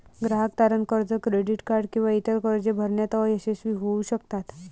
ग्राहक तारण कर्ज, क्रेडिट कार्ड किंवा इतर कर्जे भरण्यात अयशस्वी होऊ शकतात